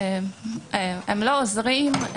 הם לא עוזרים,